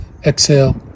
Exhale